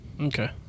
okay